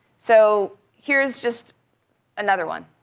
so here's just another one.